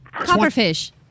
Copperfish